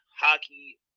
hockey